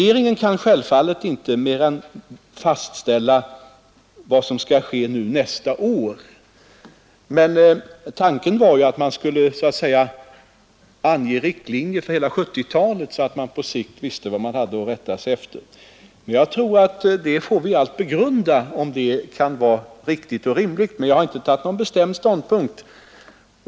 Regeringen kan självfallet inte göra mer än fastställa vad som skall ske nästa år, men tanken var att man skulle så att säga ange riktlinjerna för hela 1970-talet, så att man visste vad man hade att rätta sig efter på sikt. Jag har inte intagit någon bestämd ståndpunkt, om det kan vara riktigt och rimligt. Det får vi allt begrunda.